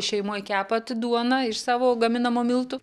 šeimoj kepat duoną iš savo gaminamų miltų